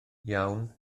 iawn